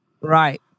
Right